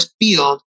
field